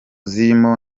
zirimo